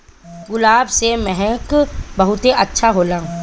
गुलाब के महक बहुते अच्छा होला